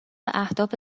اهداف